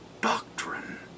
doctrine